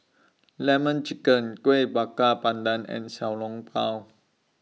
Lemon Chicken Kuih Bakar Pandan and Xiao Long Bao